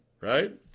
right